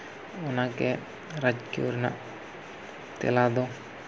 ᱚᱱᱟᱜᱮ ᱨᱟᱡᱽᱡᱚ ᱨᱮᱭᱟᱜ ᱛᱮᱞᱟ ᱫᱚ